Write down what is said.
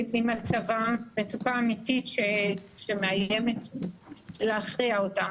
מצוקה אמתית שמאיימת להכריע אותם.